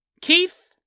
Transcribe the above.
Keith